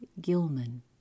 Gilman